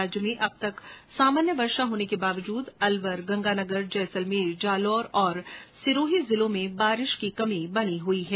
राज्य में अब तक सामान्य वर्षा होने के बावजूद अलवर गंगानगर जैसलमेर जालोर एवं सिरोही जिलों में बरसात की कमी बनी हुई है